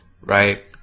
Right